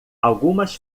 algumas